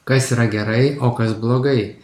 kas yra gerai o kas blogai